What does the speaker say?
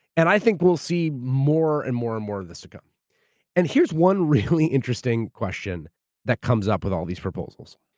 and i think we'll see more, and more, and more of this to come. and here's one really interesting question that comes up with all these proposals,